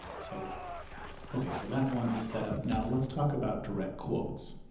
so okay so that one is set up now. let's talk about direct quotes.